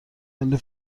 ولی